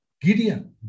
Gideon